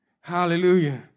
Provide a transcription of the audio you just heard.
Hallelujah